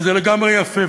וזה לגמרי יפה.